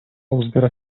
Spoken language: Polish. uzbiera